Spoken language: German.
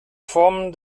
form